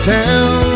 town